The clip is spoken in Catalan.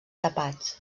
tapats